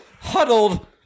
huddled